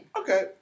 okay